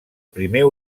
primer